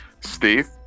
Steve